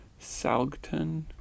Salgton